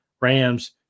Rams